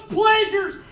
pleasures